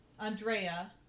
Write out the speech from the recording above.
Andrea